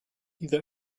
either